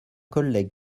collègues